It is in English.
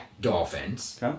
Dolphins